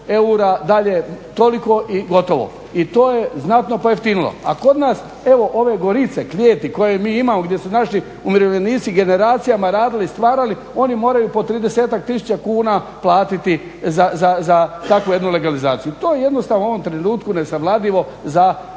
eura, dalje toliko i gotovo. I to je znatno pojeftinilo. A kod nas evo ove gorice, klijeti koje mi imamo gdje su naši umirovljenici generacijama radili, stvarali oni moraju po tridesetak tisuća kuna platiti za takvu jednu legalizaciju. I to je jednostavno u ovom trenutku nesavladivo za